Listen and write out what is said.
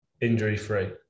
injury-free